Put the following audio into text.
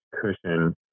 cushion